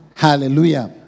Hallelujah